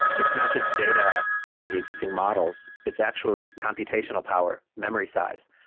it's not just data and the existing models. it's actually computational power, memory size.